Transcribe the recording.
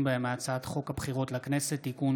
בהם מהצעת חוק הבחירות לכנסת (תיקון,